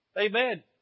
Amen